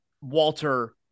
Walter